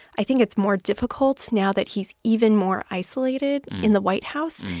i think it's more difficult now that he's even more isolated in the white house.